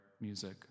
music